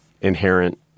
inherent